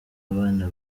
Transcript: abana